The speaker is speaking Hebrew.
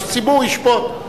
הציבור ישפוט.